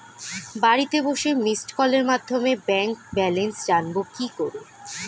বাড়িতে বসে মিসড্ কলের মাধ্যমে ব্যাংক ব্যালেন্স জানবো কি করে?